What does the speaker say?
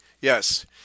Yes